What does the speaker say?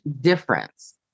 difference